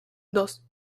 dos